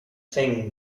thing